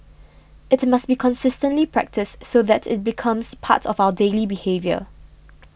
it must be consistently practised so that it becomes part of our daily behaviour